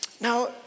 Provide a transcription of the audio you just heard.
Now